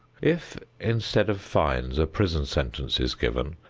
if instead of fines a prison sentence is given,